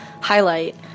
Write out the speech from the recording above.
highlight